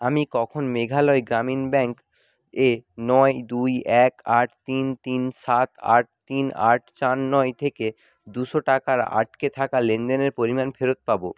আমি কখন মেঘালয় গ্রামীণ ব্যাঙ্ক এ নয় দুই এক আট তিন তিন সাত আট তিন আট চার নয় থেকে দুশো টাকার আটকে থাকা লেনদেনের পরিমাণ ফেরত পাবো